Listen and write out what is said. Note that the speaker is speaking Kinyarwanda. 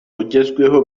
bugezweho